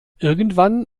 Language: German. irgendwann